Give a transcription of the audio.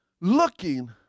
looking